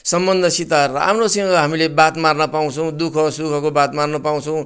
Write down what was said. सम्बन्धसित राम्रोसँग हामीले बात मार्न पाउँछौँ दु ख सुखको बात मार्न पाउँछौँ